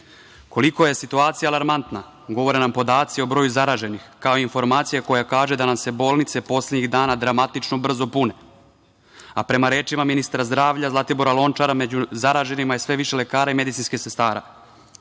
celini. Koliko je situacija alarmantna govore nam podaci o broju zaraženih, kao i informacija koja kaže da nam se bolnice poslednjih dana dramatično brzo pune, a prema rečima ministra zdravlja Zlatibora Lončara među zaraženima je sve više lekara i medicinskih sestara.